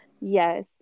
yes